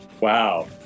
Wow